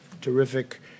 terrific